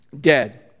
dead